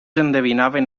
endevinaven